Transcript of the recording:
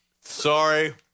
Sorry